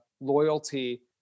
loyalty